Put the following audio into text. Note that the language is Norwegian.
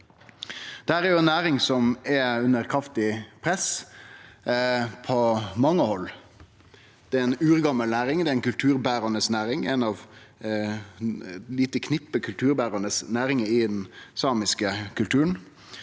er ei næring som er under kraftig press frå mange hald. Det er ei urgammal næring, det er ei kulturberande næring – ei av eit lite knippe kulturberande næringar i den samiske kulturen.